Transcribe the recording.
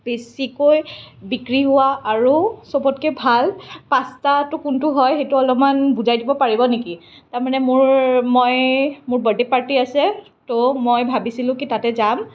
বেছিকৈ বিক্ৰী হোৱা আৰু চবতকে ভাল পাষ্টাটো কোনটো হয় সেইটো অলপমান বুজাই দিব পাৰিব নেকি তাৰমানে মোৰ মই মোৰ বাৰ্থডে পাৰ্টি আছে ত' মই ভাবিছিলোঁ কি তাতে যাম